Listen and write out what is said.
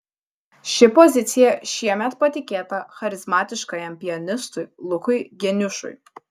ši pozicija šiemet patikėta charizmatiškajam pianistui lukui geniušui